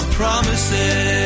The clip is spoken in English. Promises